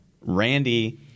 randy